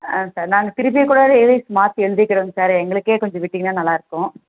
ஆ sir நாங்கள் திருப்பிக்கூட lease மாற்றி எழுதிக்கிறோம்ங்க சார் எங்களுக்கே கொஞ்சம் விட்டிங்கன்னால் நல்லாயிருக்கும்